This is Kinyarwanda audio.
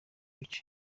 bice